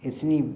इतनी